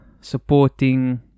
supporting